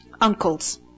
uncles